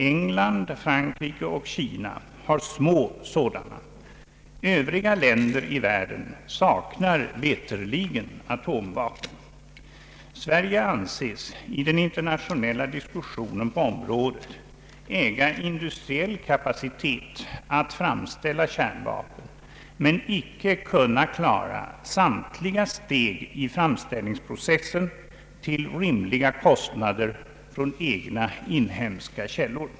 England, Frankrike och Kina har små sådana. Övriga länder i världen saknar veterligen atomvapen. Sverige anses i den internationella diskussionen på området äga industriell kapacitet att framställa kärnvapen men icke kunna klara samtliga steg i framställningsprocessen till rimliga kostnader från egna inhemska källor.